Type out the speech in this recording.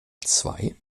zwei